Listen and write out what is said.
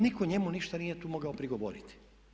Nitko njemu ništa nije tu mogao prigovoriti.